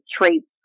traits